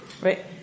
Right